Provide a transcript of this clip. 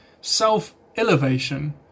self-elevation